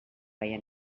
veia